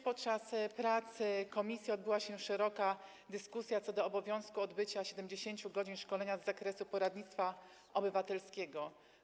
Podczas prac komisji odbyła również się szeroka dyskusja co do obowiązku odbycia 70 godzin szkolenia z zakresu poradnictwa obywatelskiego.